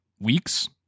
weeks